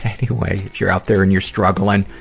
anyway, if you're out there and you're struggling,